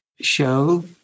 show